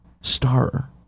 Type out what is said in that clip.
star